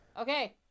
Okay